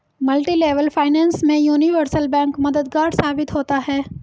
multilevel finance में universal bank मददगार साबित होता है